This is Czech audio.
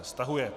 Stahuje.